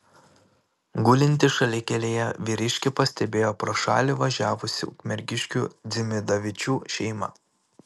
gulintį šalikelėje vyriškį pastebėjo pro šalį važiavusi ukmergiškių dzimidavičių šeima